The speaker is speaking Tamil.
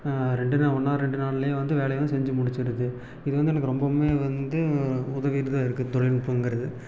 ரெண்டு நான் ஒன் ஆர் ரெண்டு நாள்ல வந்து வேலையை வந்து செஞ்சு முடிச்சிடுது இது வந்து எனக்கு ரொம்பவுமே வந்து ஒரு உதவிட்டு தான் இருக்கு தொழில்நுட்பங்குறது